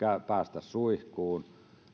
päästä suihkuun